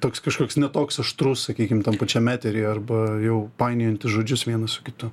toks kažkoks ne toks aštrus sakykim tam pačiame etery arba jau painiojantis žodžius vieną su kitu